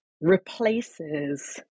replaces